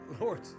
Lord